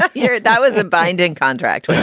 that yeah that was a binding contract